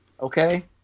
Okay